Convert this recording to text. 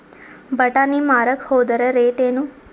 ಬಟಾನಿ ಮಾರಾಕ್ ಹೋದರ ರೇಟೇನು?